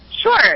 Sure